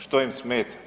Što im smeta?